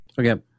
Okay